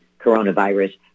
coronavirus